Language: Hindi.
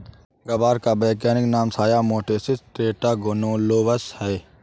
ग्वार का वैज्ञानिक नाम साया मोटिसस टेट्रागोनोलोबस है